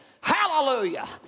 Hallelujah